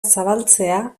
zabaltzea